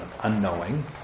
unknowing